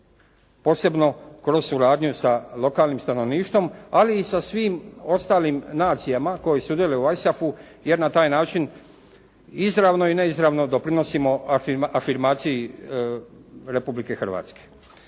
posebno kroz suradnju sa lokalnim stanovništvom, ali i sa svim ostalim nacijama koje sudjeluju u ISAF-u jer na taj način izravno i neizravno doprinosimo afirmaciji Republike Hrvatske.